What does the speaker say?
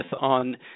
on